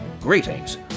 Greetings